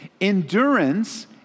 Endurance